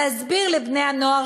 להסביר לבני-הנוער,